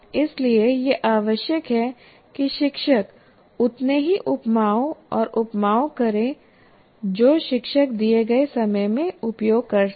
इसलिए यह आवश्यक है कि शिक्षक उतने ही उपमाओं और उपमाओं करे जो शिक्षक दिए गए समय में उपयोग कर सके